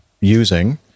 using